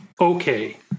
Okay